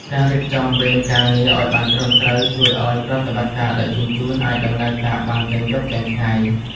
ការរៀបចំវេនការងារឱ្យបានត្រឹមត្រូវជួយឱ្យប្រតិបត្តិការដឹកជញ្ជូនអាចដំណើរការបានទាំងយប់ទាំងថ្ងៃ។